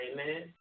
Amen